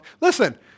Listen